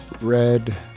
red